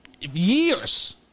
Years